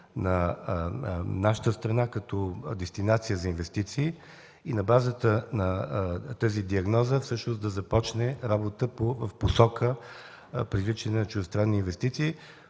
на нашата страна като дестинация за инвестиции и на базата на тази диагноза да започне работа в посока привличане на чуждестранни инвестиции.